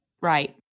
Right